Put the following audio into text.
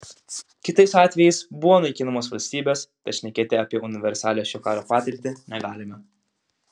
kitais atvejais buvo naikinamos valstybės tad šnekėti apie universalią šio karo patirtį negalime